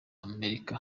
amerika